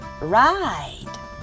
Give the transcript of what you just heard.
ride